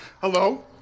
Hello